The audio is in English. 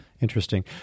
Interesting